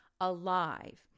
alive